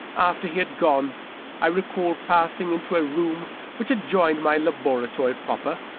after he had gone i recall passing into a room which adjoined my laboratory proper,